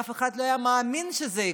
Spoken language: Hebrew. אף אחד לא היה מאמין שזה יקרה,